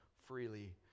freely